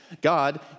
God